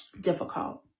difficult